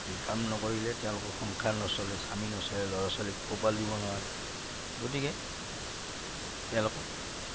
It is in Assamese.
গতিকে কাম নকৰিলে তেওঁলোকৰ সংসাৰ নচলে স্বামী নচলে ল'ৰা ছোৱালীক পোহপাল দিব নোৱাৰে গতিকে তেওঁলোকক